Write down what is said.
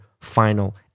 final